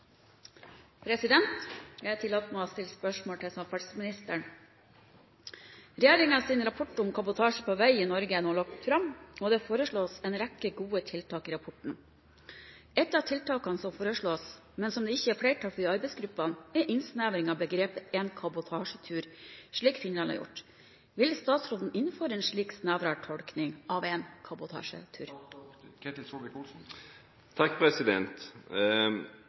til samferdselsministeren: «Regjeringens rapport om kabotasje på veg i Norge er nå lagt fram, og det foreslås en rekke gode tiltak i rapporten. Et av tiltakene som foreslås, men som det ikke er flertall for i arbeidsgruppene, er innsnevring av begrepet «en kabotasjetur» slik Finland har gjort. Vil statsråden innføre en slik snevrere tolkning av